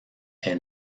est